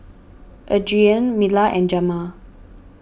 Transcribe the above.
Adriene Mila and Jamar